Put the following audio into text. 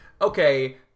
okay